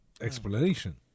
explanation